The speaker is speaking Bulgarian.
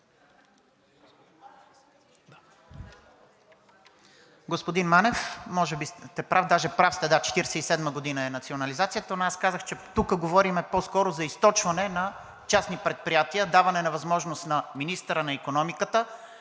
Господин Манев, може би сте прав, даже прав сте, да – 1947 г. е национализацията, но аз казах, че тук говорим по-скоро за източване на частни предприятия, даване на възможност на министъра на икономиката